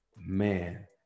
Man